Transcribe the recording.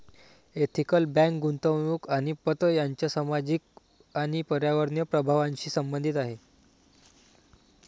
ethical bank गुंतवणूक आणि पत यांच्या सामाजिक आणि पर्यावरणीय प्रभावांशी संबंधित आहे